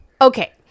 okay